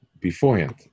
beforehand